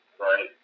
right